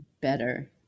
better